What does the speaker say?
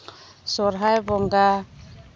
ᱥᱚᱦᱚᱨᱟᱭ ᱵᱚᱸᱜᱟ